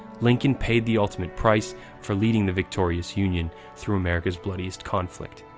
lincoln paid the ultimate price for leading the victorious union through america's bloodiest conflict.